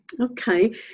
Okay